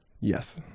Yes